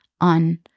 on